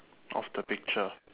of the picture